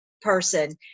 person